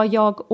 jag